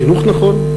חינוך נכון.